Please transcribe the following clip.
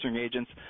agents